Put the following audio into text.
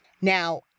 Now